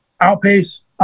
outpace